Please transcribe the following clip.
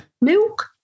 milk